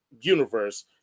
universe